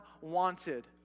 wanted